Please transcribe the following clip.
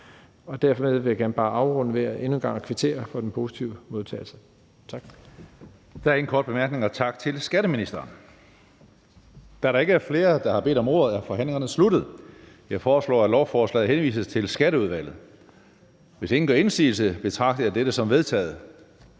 Dermed vil jeg bare gerne afrunde ved endnu en gang at kvittere for den positive modtagelse.